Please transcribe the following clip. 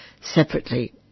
separately